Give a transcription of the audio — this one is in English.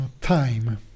time